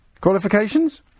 Qualifications